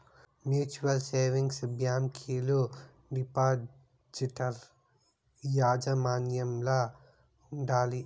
mutual savings బ్యాంకీలు depositor యాజమాన్యంల ఉండాయి